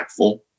impactful